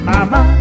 Mama